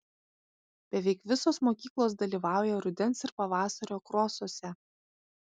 beveik visos mokyklos dalyvauja rudens ir pavasario krosuose